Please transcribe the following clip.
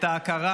את ההכרה